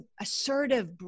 assertive